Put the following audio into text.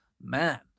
man